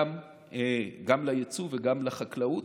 ליצוא וגם לחקלאות,